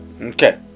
okay